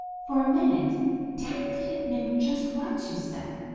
for a minute danny didn't know just what to say.